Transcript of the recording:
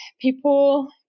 people –